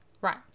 Right